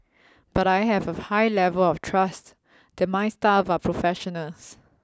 but I have a high level of trust that my staff are professionals